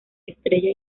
estrella